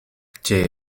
gdzie